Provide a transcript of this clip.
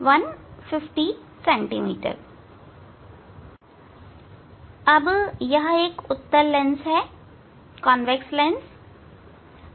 अब यह एक उत्तल लेंस है